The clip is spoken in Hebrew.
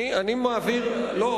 מי אמר לך,